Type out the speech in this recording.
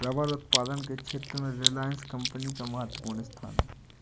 rubber उत्पादन के क्षेत्र में रिलायंस कम्पनी का महत्त्वपूर्ण स्थान है